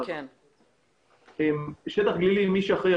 האם אתה יכול להתמקד יותר